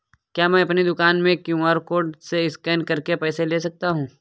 क्या मैं अपनी दुकान में क्यू.आर कोड से स्कैन करके पैसे ले सकता हूँ?